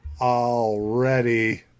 already